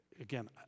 Again